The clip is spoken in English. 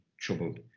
troubled